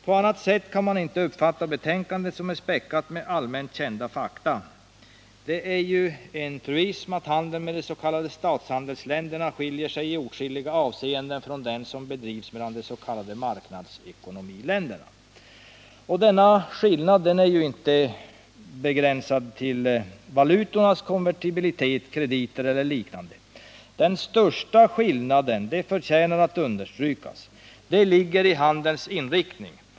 På annat sätt kan man inte uppfatta betänkandet, som är späckat med allmänt kända fakta. Det är ju en truism att handeln med de s.k. statshandelsländerna skiljer sig i åtskilliga avseenden från den som bedrivs mellan s.k. marknadsekonomiländer. Denna skillnad är inte begränsad till valutornas konvertibilitet, krediter eller liknande. Den största skillnaden — det förtjänar att understrykas — ligger i handelns inriktning.